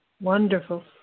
Wonderful